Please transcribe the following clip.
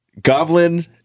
Goblin